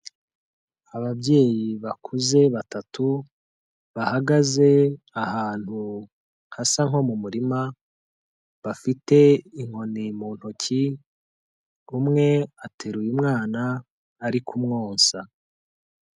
Ababyeyi bakuze batatu bahagaze ahantu hasa nko mu murima bafite inkoni mu ntoki, umwe ateruye umwana ari kumwonsa.